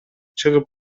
чыгып